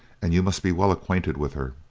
and you must be well acquainted with her.